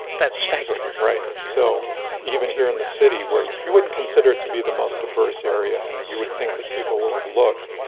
that's staggering. right. so even here in the city where you wouldn't consider it to be the most diverse area and you would think that people will have looked,